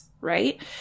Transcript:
right